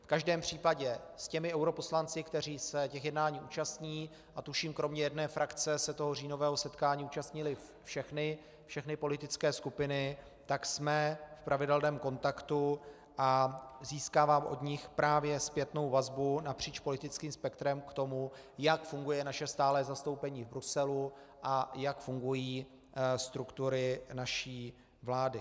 V každém případě s těmi europoslanci, kteří se jednání účastní, a tuším, kromě jedné frakce se toho říjnového setkání účastnily všechny politické skupiny, jsme v pravidelném kontaktu a získávám od nich právě zpětnou vazbu napříč politickým spektrem k tomu, jak funguje naše stálé zastoupení v Bruselu a jak fungují struktury naší vlády.